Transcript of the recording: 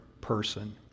person